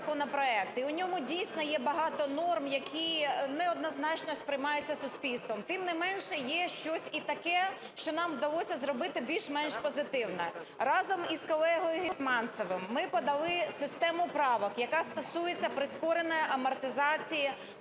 дійсно, є багато норм, які неоднозначно сприймаються суспільством. Тим не менше, є щось і таке, що нам вдалося зробити більш-менш позитивним. Разом із колегою Гетманцевим ми подали систему правок, яка стосується прискореної амортизації основних